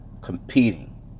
competing